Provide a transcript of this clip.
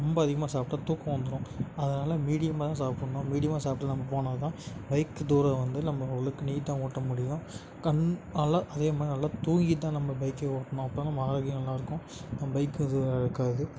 ரொம்ப அதிகமாக சாப்பிட்டா தூக்கம் வந்துரும் அதனால் மீடியமாக சாப்பிட்ணும் மீடியமாக சாப்பிட்டு நம்ம போனால் தான் பைக்கு தூரம் வந்து நம்ம உள்ளுக்கு நீட்டாக ஓட்ட முடியும் கண் அலை அதேமாதிரி நல்லா தூங்கித்தான் நம்ம பைக்கே ஓட்டணும் அப்போதான் நம்ம ஆரோக்கியம் நல்லாயிருக்கும் நம் பைக்கு இது இருக்காது